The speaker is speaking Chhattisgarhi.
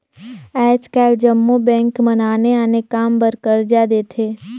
आएज काएल जम्मो बेंक मन आने आने काम बर करजा देथे